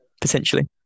Potentially